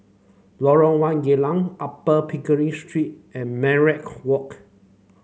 Lorong One Geylang Upper Pickering Street and Minaret Walk